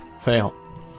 fail